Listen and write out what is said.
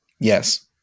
Yes